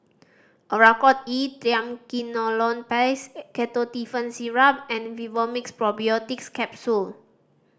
Oracort E Triamcinolone Paste Ketotifen Syrup and Vivomixx Probiotics Capsule